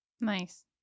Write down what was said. Nice